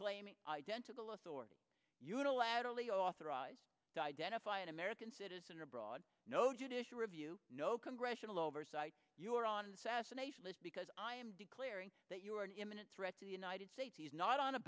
claiming identical authority unilaterally authorized to identify an american citizen abroad no judicial review no congressional oversight you are on the fascination list because i am declaring that you are an imminent threat to the united states is not on a